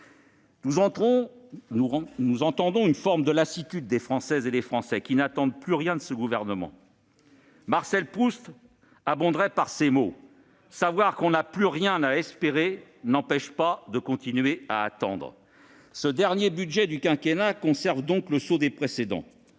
Nous constatons une forme de lassitude des Français, qui n'attendent plus rien de ce gouvernement. Marcel Proust abonderait par ces mots :« Savoir qu'on n'a plus rien à espérer n'empêche pas de continuer à attendre. » Le dernier budget du quinquennat est à l'image des précédents